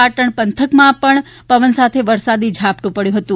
પાટણ પંથકમાં પણ પવન સાથે વરસાદી ઝાપટું પડ્યું હતું